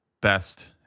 Best